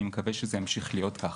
אני מקווה שזה המשיך להיות ככה.